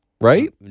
right